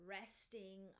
resting